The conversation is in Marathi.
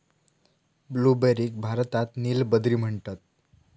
ब्लूबेरीक भारतात नील बद्री म्हणतत